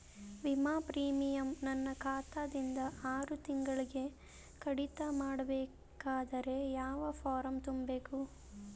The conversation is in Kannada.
ವಿಮಾ ಪ್ರೀಮಿಯಂ ನನ್ನ ಖಾತಾ ದಿಂದ ಆರು ತಿಂಗಳಗೆ ಕಡಿತ ಮಾಡಬೇಕಾದರೆ ಯಾವ ಫಾರಂ ತುಂಬಬೇಕು?